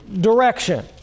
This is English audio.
direction